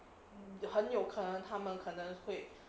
很有可能他们可能会